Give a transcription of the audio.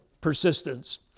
persistence